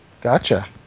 Gotcha